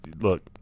look